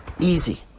Easy